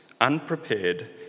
unprepared